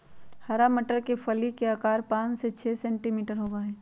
हरा मटर के फली के आकार पाँच से छे सेंटीमीटर होबा हई